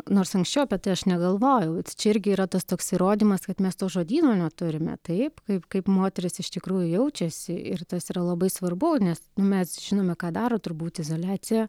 nors anksčiau apie tai aš negalvojau tai čia irgi yra tas toks įrodymas kad mes to žodyno neturime taip kaip kaip moteris iš tikrųjų jaučiasi ir tas yra labai svarbu nes mes žinome ką daro turbūt izoliacija